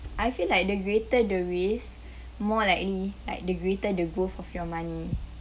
I feel like the greater the risk more likely like the greater the growth of your money